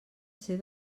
ser